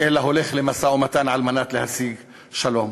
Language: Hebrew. אלא הולך למשא-ומתן כדי להשיג שלום.